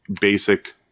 basic